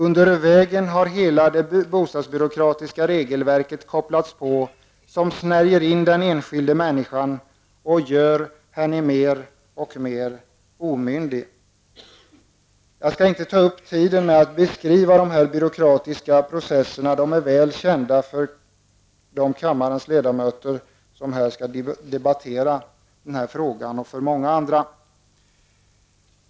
Under vägen har hela det bostadsbyråkratiska regelverket kopplats på, som snärjer in den enskilde människan och gör henne mer och mer omyndig. Jag skall inte ta upp tid med att beskriva de här byråkratiska processerna. De är väl kända för de av kammarens ledamöter som skall debattera den här frågan och för många andra.